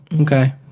Okay